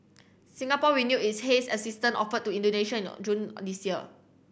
Singapore renewed its haze assistance offer to Indonesia in June this year